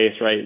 right